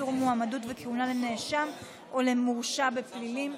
איסור מועמדות וכהונה לנאשם או למורשע בפלילים).